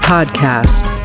Podcast